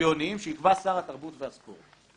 שוויוניים שיקבע שר התרבות והספורט".